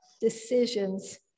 decisions